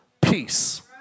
peace